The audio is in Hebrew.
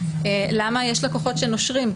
למה יש לקוחות שנושרים.